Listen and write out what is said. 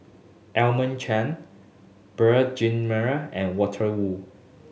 Edmund Chen Beurel Jean Marie and Walter Woon